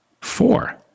Four